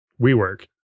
WeWork